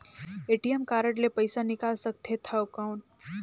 ATM card ले पइसा निकाल सकथे थव कौन?